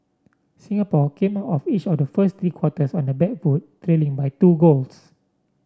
Singapore came out of each of the first three quarters on the back foot trailing by two goals